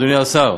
אדוני השר.